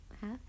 half